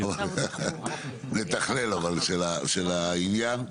המתכלל של העניין הזה.